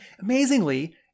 amazingly